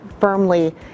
firmly